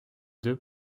deux